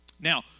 Now